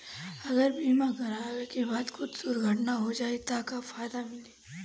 अगर बीमा करावे के बाद कुछ दुर्घटना हो जाई त का फायदा मिली?